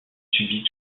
subit